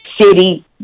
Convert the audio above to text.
city